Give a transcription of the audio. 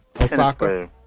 Osaka